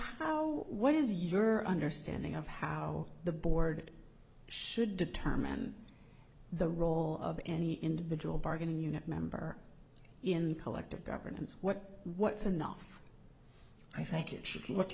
how what is your understanding of how the board should determine the role of any individual bargaining unit member in the collective governance what what's enough i think it should look